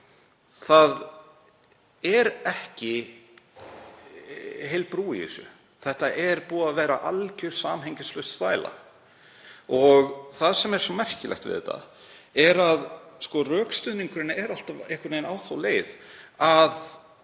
Það er ekki heil brú í þessu. Þetta hefur verið algjörlega samhengislaus þvæla. Það sem er svo merkilegt við þetta er að rökstuðningurinn er alltaf einhvern veginn á þá leið að